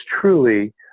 truly